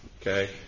okay